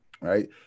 Right